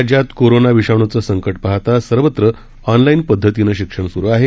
राज्यात कोरोना विषाणूचे संकट पाहता सर्वत्र ऑनलाईन पदधतीने शिक्षण सुरू आहेत